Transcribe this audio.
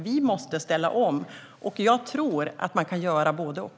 Vi måste ställa om, och jag tror att man kan göra både och.